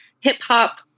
hip-hop